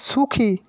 সুখী